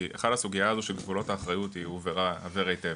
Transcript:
כי הסוגייה הזו של גבולות האחריות היא הובהרה היטב,